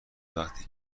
وقتی